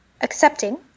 accepting